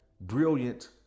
brilliant